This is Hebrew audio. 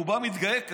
והוא בא ומתגאה כאן.